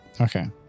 Okay